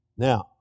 Now